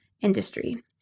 industry